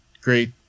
great